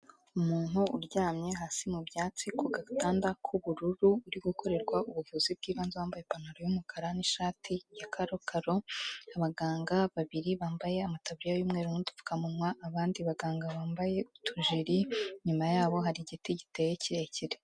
Umuntu uryamye hasi mu byatsi ku gatanda k'ubururu, uri gukorerwa ubuvuzi bw'ibanze wambaye ipantaro y'umukara n'ishati ya karokaro, abaganga babiri bambaye amataburiya y'umweru n'udupfukamunwa, abandi baganga bambaye utujiri, inyuma yabo hari igiti giteye kirekire.